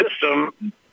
system